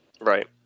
Right